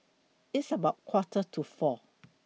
its about Quarter to four